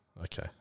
Okay